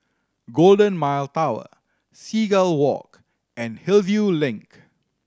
Golden Mile Tower Seagull Walk and Hillview Link